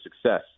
success